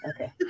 Okay